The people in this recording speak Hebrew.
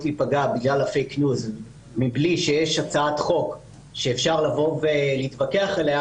להיפגע בגלל ה"פייק ניוז" מבלי שיש הצעת חוק שאפשר לבוא ולהתווכח עליה,